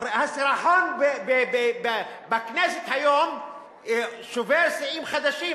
הסירחון בכנסת היום שובר שיאים חדשים,